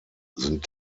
sind